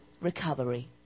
recovery